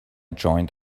joined